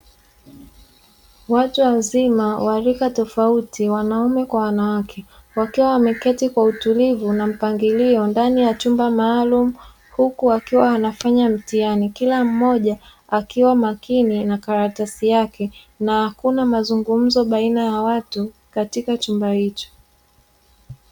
Watu wazima wa rika tofauti wanaume kwa wanawake, wakiwa wameketi kwa utulivu na mpangilio ndani ya chumba maalumu, huku wakiwa wanafanya mtihani kila mmoja akiwa makini na karatasi yake, na hakuna mazungumzo baina ya watu katika chumba hicho.